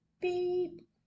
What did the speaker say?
beep